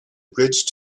bridge